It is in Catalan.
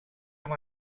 amb